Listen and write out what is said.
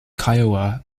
kiowa